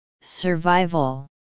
Survival